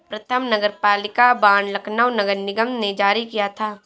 प्रथम नगरपालिका बॉन्ड लखनऊ नगर निगम ने जारी किया था